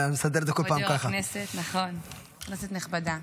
חברי הכנסת, כנסת נכבדה,